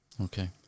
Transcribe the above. Okay